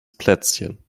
plätzchen